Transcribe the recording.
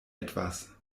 etwas